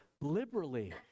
liberally